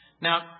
Now